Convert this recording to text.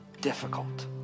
difficult